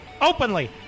openly